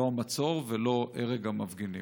לא המצור ולא הרג המפגינים.